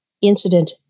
Incident